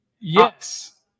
Yes